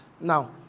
now